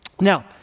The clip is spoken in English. Now